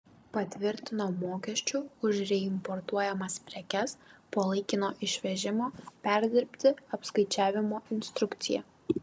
patvirtino mokesčių už reimportuojamas prekes po laikino išvežimo perdirbti apskaičiavimo instrukciją